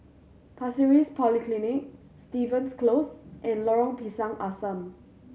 Pasir Ris Polyclinic Stevens Close and Lorong Pisang Asam